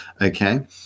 Okay